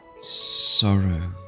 sorrow